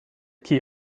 key